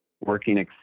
working